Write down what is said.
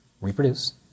Reproduce